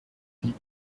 wie